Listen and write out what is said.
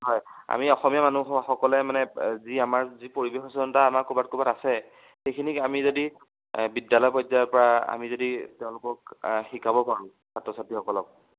হয় আমি অসমীয়া মানুহসকলে মানে যি আমাৰ যি পৰিৱেশ সচেতনতা আমাৰ ক'ৰবাত ক'ৰবাত আছে সেইখিনিক আমি যদি বিদ্যালয় পৰ্যায়ৰ পৰা আমি যদি তেওঁলোকক শিকাব পাৰোঁ ছাত্ৰ ছাত্ৰীসকলক